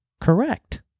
correct